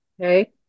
okay